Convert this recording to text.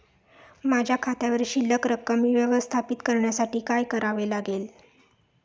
माझ्या खात्यावर शिल्लक रक्कम व्यवस्थापित करण्यासाठी काय करावे लागेल?